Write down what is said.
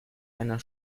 einer